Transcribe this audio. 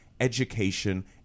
education